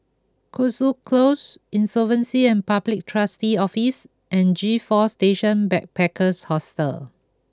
Cotswold Close Insolvency and Public Trustee's Office and G four Station Backpackers Hostel